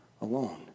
alone